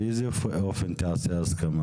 באיזה אופן תיעשה ההסכמה